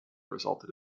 resulted